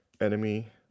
enemy